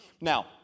Now